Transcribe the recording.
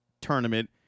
tournament